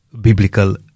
biblical